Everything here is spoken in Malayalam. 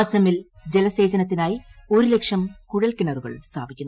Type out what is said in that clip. അസ്സമിൽ ജലസേചനത്തിനായി ഒരു ലക്ഷം കുഴൽക്കിണറുകൾ ന് സ്ഥാപിക്കുന്നു